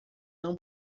não